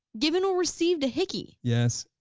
given or received a hickey? yes,